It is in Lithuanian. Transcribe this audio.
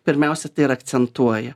pirmiausia tai ir akcentuoja